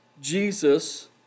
Jesus